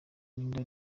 linda